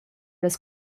las